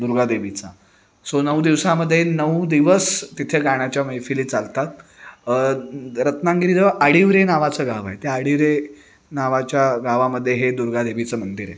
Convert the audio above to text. दुर्गादेवीचा सो नऊ दिवसामध्ये नऊ दिवस तिथे गाण्याच्या मैफिली चालतात रत्नागिरीजवळ आडिवरे नावाचं गाव आहे त्या आडिवरे नावाच्या गावामध्ये हे दुर्गादेवीचं मंदिर आहे